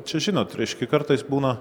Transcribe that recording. čia žinot reiškia kartais būna